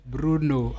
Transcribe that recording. Bruno